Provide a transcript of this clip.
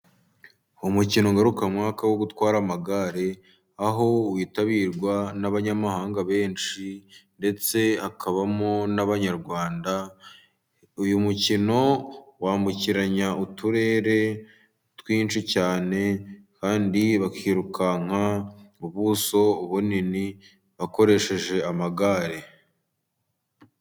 Umukino ngarukamwaka wo gutwara amagare, aho witabirwa n'abanyamahanga benshi ndetse hakabamo n'Abanyarwanda. Uyu mukino wambukiranya uturere twinshi cyane, kandi bakirukanka ubuso bunini bakoresheje amagare.